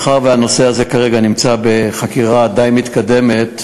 מאחר שהנושא הזה כרגע נמצא בחקירה די מתקדמת,